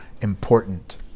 important